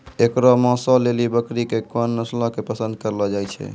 एकरो मांसो लेली बकरी के कोन नस्लो के पसंद करलो जाय छै?